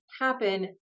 happen